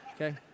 Okay